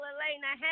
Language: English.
Elena